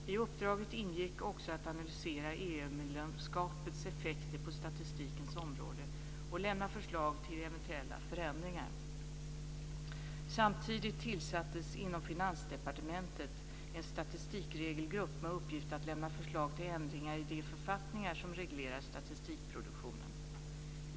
I uppdraget ingick också att analysera EU-medlemskapets effekter på statistikens område och lämna förslag till eventuella förändringar. Samtidigt tillsattes inom Finansdepartementet en statistikregelgrupp med uppgift att lämna förslag till ändringar i de författningar som reglerar statistikproduktionen.